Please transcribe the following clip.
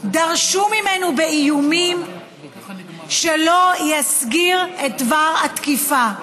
דרשו ממנו באיומים שלא יסגיר את דבר התקיפה,